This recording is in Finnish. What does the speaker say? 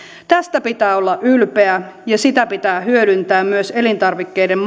tästä pitää olla ylpeä ja sitä pitää hyödyntää myös elintarvikkeiden